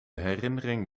herinnering